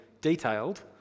detailed